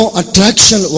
attraction